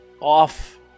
off